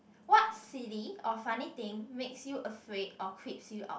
what silly or funny thing makes you afraid or creeps you out